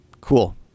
cool